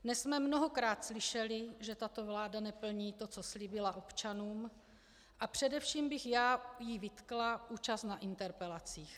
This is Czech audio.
Dnes jsme mnohokrát slyšeli, že tato vláda neplní to, co slíbila občanům, a především bych já jí vytkla účast na interpelacích.